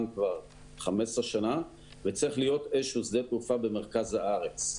15 שנים וצריך להיות איזשהו שדה תעופה במרכז הארץ.